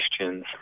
questions